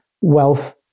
wealth